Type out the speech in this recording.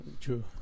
true